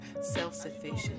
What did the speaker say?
self-sufficient